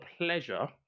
pleasure